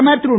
பிரதமர் திரு